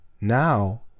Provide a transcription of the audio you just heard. now